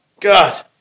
God